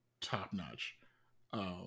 top-notch